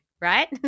right